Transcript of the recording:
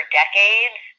decades